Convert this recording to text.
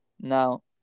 now